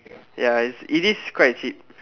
ya it's it is quite cheap